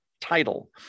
title